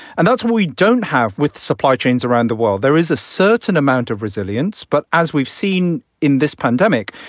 and that's what we don't have with supply chains around the world. there is a certain amount of resilience. but as we've seen in this pandemic,